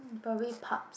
probably pubs